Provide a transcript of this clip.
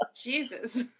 jesus